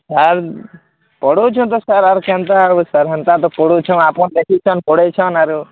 sir ପଢାଉଛନ୍ ତ sir ଆରୁ କେନ୍ତା ସେନ୍ତା ତ ପଢାଉଛନ୍ ଆପଣ୍ ଦେଖୁଛନ୍ ପଢ଼େଇଛନ୍ ଆରୁ